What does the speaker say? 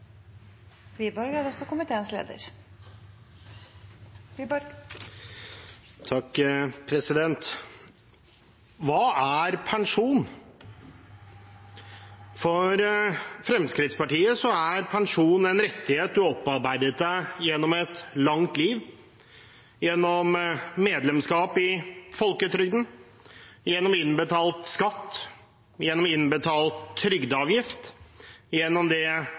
pensjon? For Fremskrittspartiet er pensjon en rettighet man har opparbeidet seg gjennom et langt liv, gjennom medlemskap i folketrygden, gjennom innbetalt skatt, gjennom innbetalt trygdeavgift, gjennom det